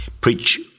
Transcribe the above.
preach